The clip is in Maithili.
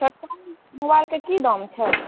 सैमसंग मोबाइलके की दाम छै